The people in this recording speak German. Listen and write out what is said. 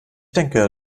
denke